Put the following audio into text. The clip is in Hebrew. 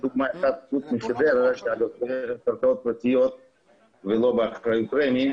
בחדרה יש קרקעות פרטיות ולא באחריות רשות